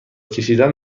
کشیدن